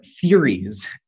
theories